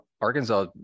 Arkansas